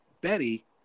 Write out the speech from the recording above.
Betty